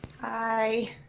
Hi